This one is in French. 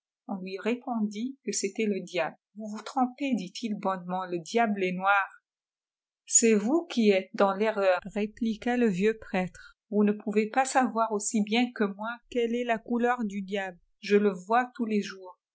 on lui répondit que c'était le diable vous vous trompez dit-il bonnement le diableestnoir c'est vous qui êtes dans l'erreur répliqua le vieux prêtre vous ne pouvez pas savoir aussi bien que moi quelle est la couleur du diable je le vois tous les jours